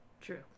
True